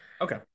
Okay